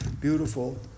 beautiful